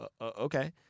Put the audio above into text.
okay